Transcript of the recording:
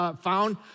found